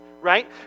Right